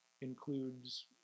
includes